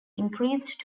increased